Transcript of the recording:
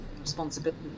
responsibility